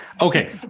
Okay